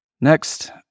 Next